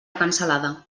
cansalada